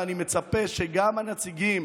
ואני מצפה שגם הנציגים